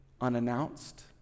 unannounced